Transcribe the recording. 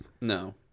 No